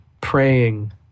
praying